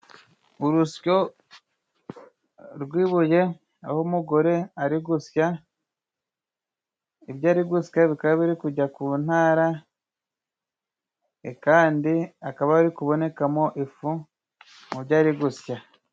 Urusyo rw'ibuye, aho umugore ari gusya, ibyo ari gusya bikaba biri kujya ku ntara, kandi hakaba hari kubonekamo ifu mu byo ari gusya.